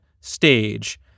stage